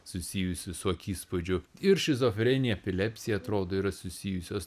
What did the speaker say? susijusi su akispūdžiu ir šizofrenija epilepsija atrodo yra susijusios